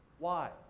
why?